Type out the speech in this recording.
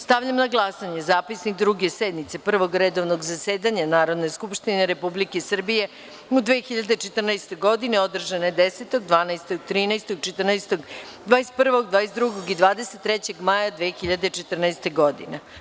Stavljam na glasanje Zapisnik Druge sednice Prvog redovnog zasedanja Narodne skupštine Republike Srbije u 2014. godini, održane 10, 12, 13, 14, 21, 22. i 23. maja 2014. godine.